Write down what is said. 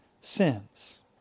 sins